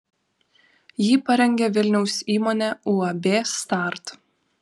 jį parengė vilniaus įmonė uab start